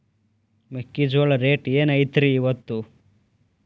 ಮೆಕ್ಕಿಜೋಳ ರೇಟ್ ಏನ್ ಐತ್ರೇ ಇಪ್ಪತ್ತು?